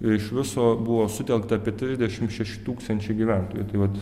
ir iš viso buvo sutelkta apie trisdešim šeši tūkstančiai gyventojų tai vat